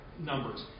numbers